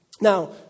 Now